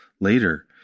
later